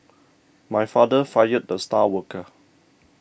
my father fired the star worker